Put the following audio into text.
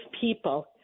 people